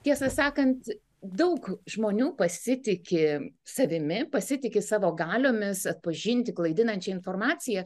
tiesą sakant daug žmonių pasitiki savimi pasitiki savo galiomis atpažinti klaidinančią informaciją